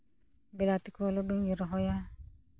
ᱵᱤᱞᱟᱛᱤ ᱠᱚ ᱨᱚᱦᱚᱭᱟ